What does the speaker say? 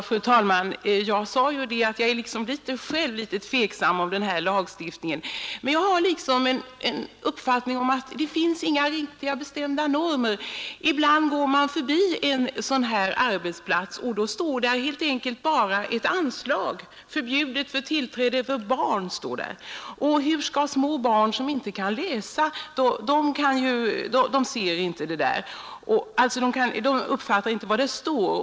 Fru talman! Jag sade ju att jag själv ställer mig litet tveksam till en sådan lagstiftning, men jag har den uppfattningen att det nu inte finns några bestämda normer att gå efter. Ibland ser man på arbetsplatserna helt enkelt bara ett anslag: ”Tillträde förbjudet för barn.” Små barn kan inte läsa eller uppfattar inte vad det står.